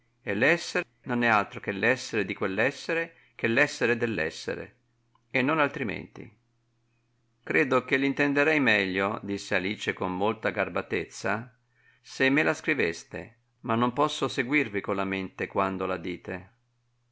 e l'esser non è altro che l'essere di quell'essere ch'è l'essere dell'essere e non altrimenti credo che l'intenderei meglio disse alice con molta garbatezza se me la scriveste ma non posso seguirvi con la mente quando la dite